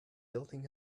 building